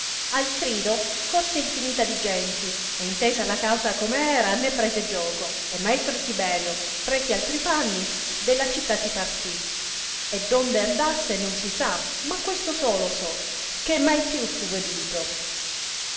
al crido corse infinità di genti e intesa la causa come era ne prese gioco e maestro tiberio presi altri panni della città si partì e donde andasse non si sa ma questo solo so che mai più fu veduto